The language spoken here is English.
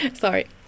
Sorry